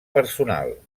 personal